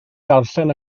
darllen